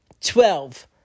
twelve